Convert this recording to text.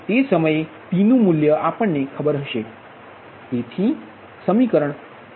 તેથી તે સમયે P નુ મૂલ્ય આપણ ને ખબર હશે તેથી તે એક સમીકરણ 50 દ્વારા આપવામા આવેલ છે